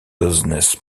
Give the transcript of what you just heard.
business